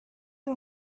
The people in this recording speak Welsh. yng